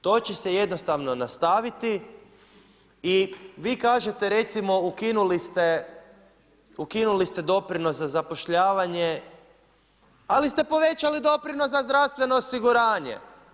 To će se jednostavno nastaviti i vi kažete recimo, ukinuli ste doprinos za zapošljavanje, ali ste povećali doprinos za zdravstveno osiguranje.